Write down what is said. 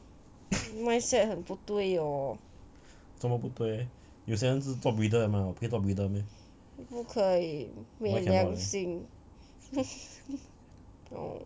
mindset 很不对不可以没良心 no